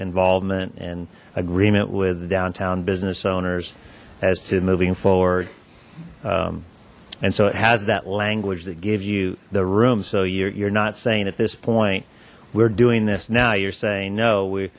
involvement and agreement with downtown business owners as to moving forward and so it has that language that gives you the room so you're not saying at this point we're doing this now you're saying no we